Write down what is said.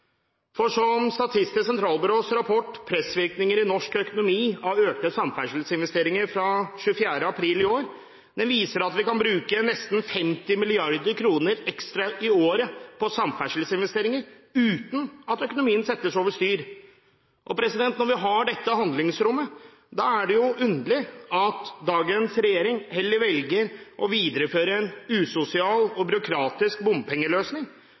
faktisk har. Statistisk sentralbyrås rapport fra 24. april i år, Pressvirkninger i norsk økonomi av økte samferdselsinvesteringer, viser at vi kan bruke nesten 50 mrd. kr ekstra i året på samferdselsinvesteringer uten at økonomien settes over styr. Når vi har dette handlingsrommet, er det underlig at dagens regjering heller velger å videreføre en usosial og byråkratisk bompengeløsning,